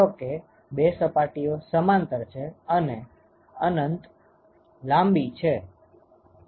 ધારો કે બે સપાટીઓ સમાંતર છે અને અનંત લાંબી છે